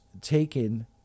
taken